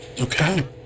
Okay